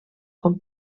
com